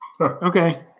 Okay